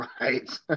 Right